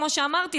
כמו שאמרתי,